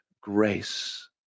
grace